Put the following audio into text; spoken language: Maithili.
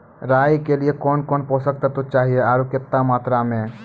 राई के लिए कौन कौन पोसक तत्व चाहिए आरु केतना मात्रा मे?